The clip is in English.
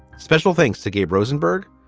special thanks to gabe rosenberg,